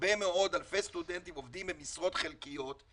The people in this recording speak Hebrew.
הרבה מאות אלפי סטודנטים עובדים במשרות חלקיות,